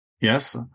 yes